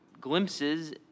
glimpses